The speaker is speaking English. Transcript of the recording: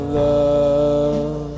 love